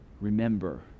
Remember